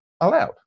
allowed